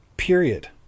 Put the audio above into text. Period